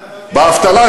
באבטלה,